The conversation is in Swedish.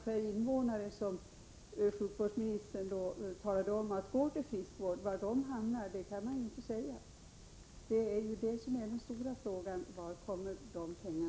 per invånare som sjukvårdsministern talade om och som skall gå till friskvården hamnar.